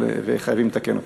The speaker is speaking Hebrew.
וחייבים לתקן אותה.